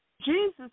Jesus